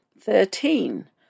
Thirteen